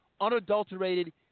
unadulterated